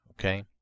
okay